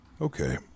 Okay